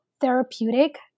therapeutic